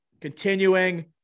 Continuing